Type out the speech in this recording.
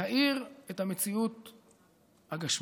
להאיר את המציאות הגשמית.